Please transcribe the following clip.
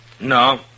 No